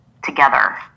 Together